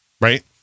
right